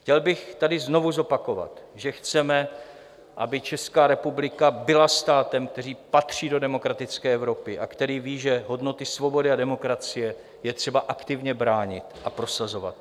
Chtěl bych tady znovu zopakovat, že chceme, aby Česká republika byla státem, který patří do demokratické Evropy a který ví, že hodnoty svobody a demokracie je třeba aktivně bránit a prosazovat je.